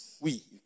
Oui